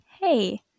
Hey